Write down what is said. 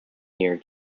near